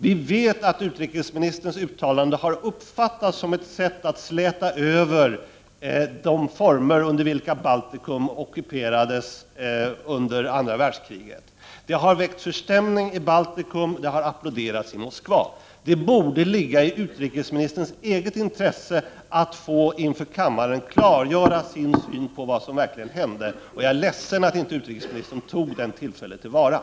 Vi vet att utrikesministerns uttalanden har uppfattats som ett sätt att släta över de former under vilka Baltikum ockuperades under andra världskriget. Det har väckt förstämning i Baltikum, och det har applåderats i Moskva. Det borde ligga i utrikesministerns eget intresse att inför kammaren få klargöra sin syn på vad som verkligen hände. Och jag är ledsen över att utrikesministern inte tog till vara detta tillfälle.